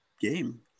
game